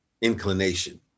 inclination